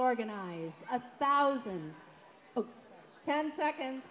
organized a thousand ten seconds